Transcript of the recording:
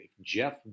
Jeff